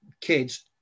kids